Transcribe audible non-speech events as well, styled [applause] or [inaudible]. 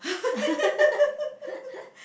[laughs]